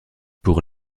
pour